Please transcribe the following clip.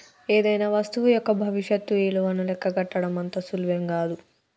ఏదైనా వస్తువు యొక్క భవిష్యత్తు ఇలువను లెక్కగట్టడం అంత సులువేం గాదు